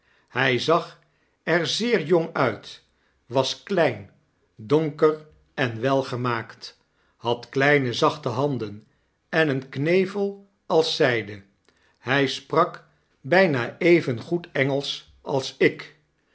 hij zag er zeer jong uit was klein donker en welgemaakt had kleine zachtehandeneneenknevel als zyde hy sprak byna evengoed engelsch als ik